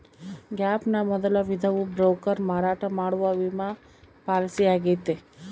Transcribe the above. gap ನ ಮೊದಲ ವಿಧವು ಬ್ರೋಕರ್ ಮಾರಾಟ ಮಾಡುವ ವಿಮಾ ಪಾಲಿಸಿಯಾಗೈತೆ